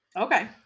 Okay